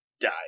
die